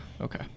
okay